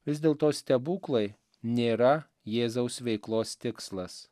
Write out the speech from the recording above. vis dėlto stebuklai nėra jėzaus veiklos tikslas